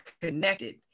connected